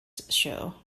show